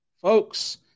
Folks